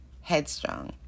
headstrong